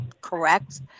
correct